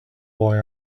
boy